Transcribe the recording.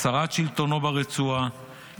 הסרת שלטונו ברצועה,